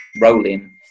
rolling